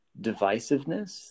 divisiveness